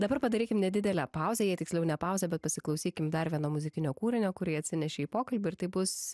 dabar padarykim nedidelę pauzę jei tiksliau ne pauzę bet pasiklausykim dar vieno muzikinio kūrinio kurį atsinešei į pokalbį ir tai bus